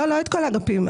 לא את כל האגפים.